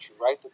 right